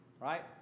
Right